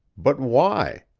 but why?